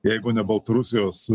jeigu ne baltarusijos